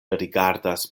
rigardas